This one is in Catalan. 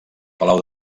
palau